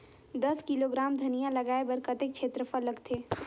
दस किलोग्राम धनिया लगाय बर कतेक क्षेत्रफल लगथे?